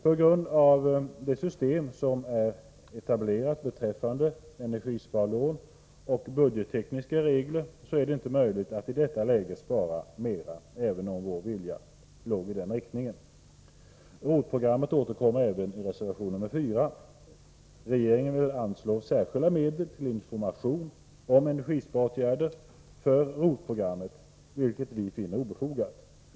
På grund av det system som är etablerat beträffande energisparlån och budgettekniska regler är det inte möjligt att i detta läge spara mera, även om vår vilja låg i den riktningen. ROT-programmet återkommer även i reservation 4. Regeringen vill anslå särskilda medel till information om energisparåtgärder för ROT-programmet, vilket vi finner obefogat.